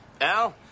al